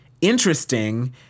interesting